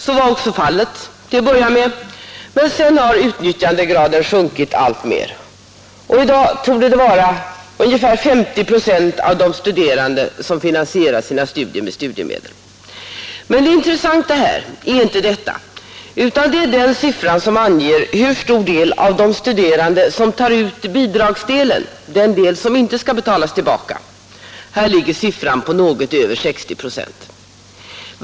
Så var också fallet till att börja med, men sedan har utnyttjandegraden sjunkit alltmer. I dag torde det vara ungefär 50 procent av de studerande som finansierar sina studier med studiemedel. Men det intressanta här är inte detta utan den siffra som anger hur stor del av de studerande som tar ut bidragsdelen, den del som inte skall betalas tillbaka. Här ligger siffran på något över 60 procent.